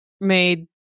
made